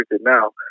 now